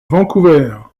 vancouver